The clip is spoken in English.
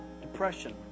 depression